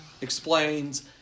explains